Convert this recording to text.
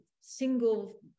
single